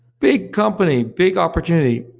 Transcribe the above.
big company, big opportunity,